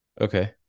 Okay